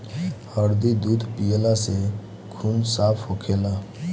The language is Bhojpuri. हरदी दूध पियला से खून साफ़ होखेला